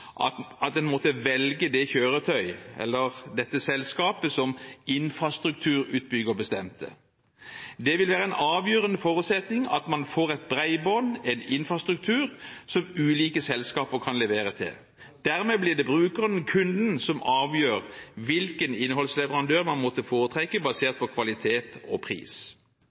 vil være en avgjørende forutsetning at man får et bredbånd, en infrastruktur, som ulike selskaper kan levere til. Dermed blir det brukeren, kunden, som avgjør hvilken innholdsleverandør man måtte foretrekke, basert på kvalitet og pris.